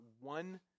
one